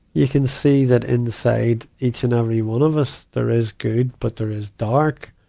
you can see that inside each and every one of us, there is good, but there is dark.